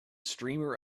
streamer